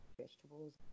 vegetables